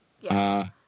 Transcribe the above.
Yes